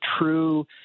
true